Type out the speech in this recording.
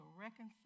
reconcile